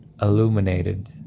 illuminated